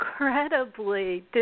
incredibly